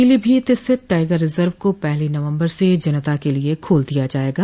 पीलीभीत स्थित tiger reserve को पहली नबंवर से जनता के लिये खोल दिया जायेगा